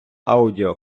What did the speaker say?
аудіо